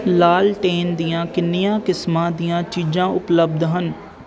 ਲਾਲਟੈਨ ਦੀਆਂ ਕਿੰਨੀਆਂ ਕਿਸਮਾਂ ਦੀਆਂ ਚੀਜ਼ਾਂ ਉਪਲਬਧ ਹਨ